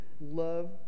love